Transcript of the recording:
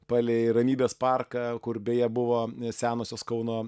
palei ramybės parką kur beje buvo senosios kauno